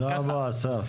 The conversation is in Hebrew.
תודה רבה אסף.